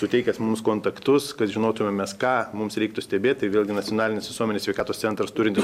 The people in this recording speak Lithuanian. suteikęs mums kontaktus kad žinotumėm mes ką mums reiktų stebėt tai vėlgi nacionalinis visuomenės sveikatos centras turintis